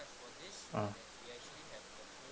mm